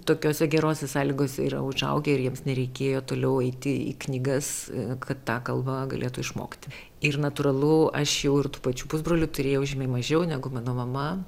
tokiose gerose sąlygose yra užaugę ir jiems nereikėjo toliau eiti į knygas kad tą kalbą galėtų išmokti ir natūralu aš jau ir tų pačių pusbrolių turėjau žymiai mažiau negu mano mama